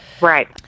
right